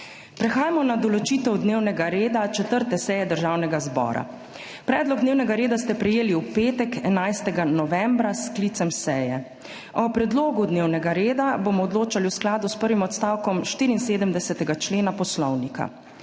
Prehajamo na **določitev dnevnega reda** 4. seje Državnega zbora. Predlog dnevnega reda ste prejeli v petek, 11. novembra, s sklicem seje. O predlogu dnevnega reda bomo odločali v skladu s prvim odstavkom 74. člena Poslovnika.